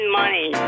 money